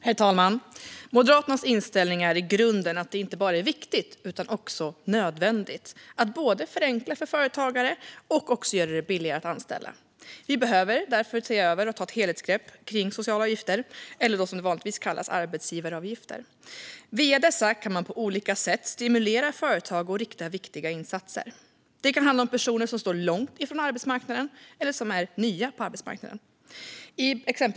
Herr talman! Moderaternas inställning är i grunden att det inte bara är viktigt utan också nödvändigt att både förenkla för företagare och göra det billigare att anställa. Man behöver därför ta ett helhetsgrepp kring sociala avgifter, eller arbetsgivaravgifter som det vanligtvis kallas. Via dessa kan man på olika sätt stimulera företag och rikta viktiga insatser. Det kan handla om personer som står långt från arbetsmarknaden eller är nya på arbetsmarknaden.